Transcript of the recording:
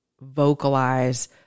vocalize